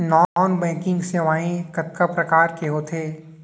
non banking सेवाएं कतका प्रकार के होथे